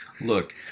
Look